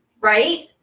right